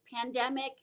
pandemic